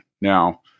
Now